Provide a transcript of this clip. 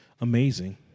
amazing